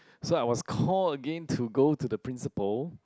so I was call again to go to the principal